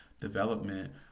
development